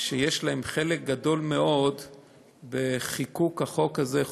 שיש להם חלק גדול מאוד בחיקוק החוק הזה,